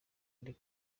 ari